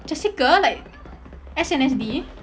jessica like S_N_S_D